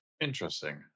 interesting